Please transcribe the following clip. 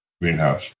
Greenhouse